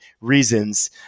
reasons